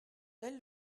elle